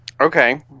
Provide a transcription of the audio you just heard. Okay